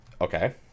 Okay